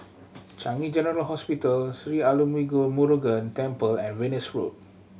Changi General Hospital Sri Arulmigu Murugan Temple and Venus Road